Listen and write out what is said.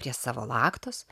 prie savo laktos